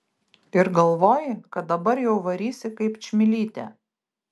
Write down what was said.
ir galvoji kad dabar jau varysi kaip čmilytė